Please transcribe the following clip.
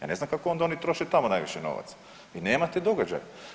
Ja ne znam kako onda oni troše tamo najviše novaca, vi nemate događaja.